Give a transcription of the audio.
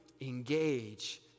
engage